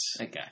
Okay